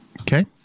Okay